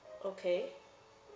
okay